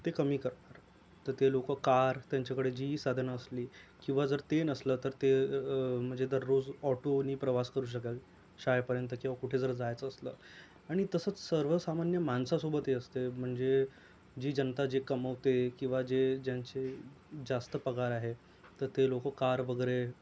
ते कमी करणार तर ते लोकं कार त्यांच्याकडे जी साधनं असली किंवा जर ते नसलं तर ते म्हणजे दररोज ऑटोने प्रवास करू शकल शाळेपर्यंत किंवा कुठे जर जायचं असलं आणि तसंच सर्वसामान्य माणसासोबतही असते म्हणजे जी जनता जे कमवते किंवा जे ज्यांचे जास्त पगार आहेत तर ते लोकं कार वगैरे